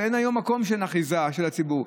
ואין היום מקום שאין בו אחיזה של הציבור.